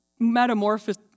metamorphosis